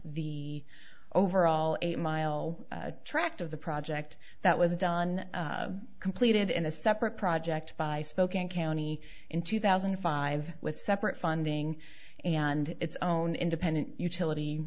the overall eight mile tract of the project that was done completed in a separate project by spokane county in two thousand and five with separate funding and its own independent utility